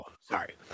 sorry